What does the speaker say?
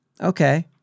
Okay